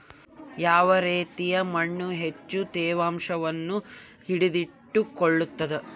ಯಾವ ರೇತಿಯ ಮಣ್ಣು ಹೆಚ್ಚು ತೇವಾಂಶವನ್ನು ಹಿಡಿದಿಟ್ಟುಕೊಳ್ತದ?